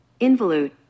Involute